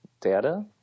data